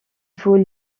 faut